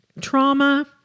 trauma